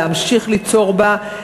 להמשיך ליצור בה,